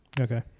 Okay